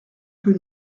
que